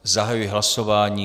Zahajuji hlasování.